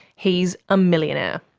he's a millionaire.